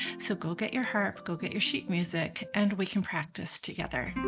so go get your harp go get your sheet music, and we can practice together.